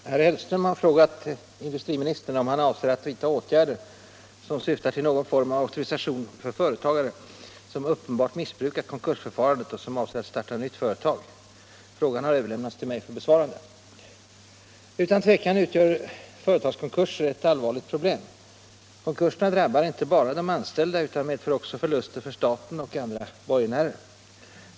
Herr talman! Herr Hellström har frågat industriministern om han avser att vidta åtgärder som syftar till någon form av auktorisation för företagare som uppenbart missbrukat konkursförfarandet och som avser att starta ett nytt företag. Frågan har överlämnats till mig för besvarande. Utan tvekan utgör företagskonkurser ett allvarligt problem. Konkurserna drabbar inte bara de anställda utan medför också förluster för staten och andra borgenärer.